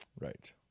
Right